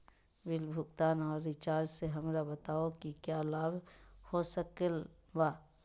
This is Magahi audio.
बिल भुगतान और रिचार्ज से हमरा बताओ कि क्या लाभ हो सकल बा?